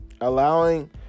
allowing